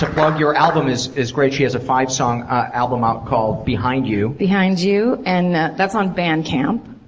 to plug? your album is is great. she has a five song album out called behind you. behind you. and that's on bandcamp.